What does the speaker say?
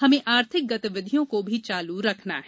हमें आर्थिक गतिविधियों को भी चालू रखना है